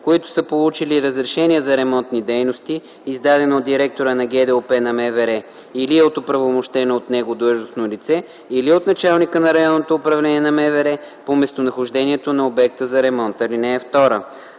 които са получили разрешение за ремонтни дейности, издадено от директора на ГДОП на МВР или от оправомощено от него длъжностно лице, или от началника на РУ на МВР по местонахождението на обекта за ремонт. (2)